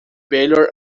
baylor